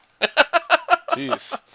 Jeez